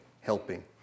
helping